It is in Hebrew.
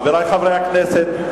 חברי חברי הכנסת,